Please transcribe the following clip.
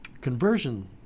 conversion